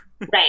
right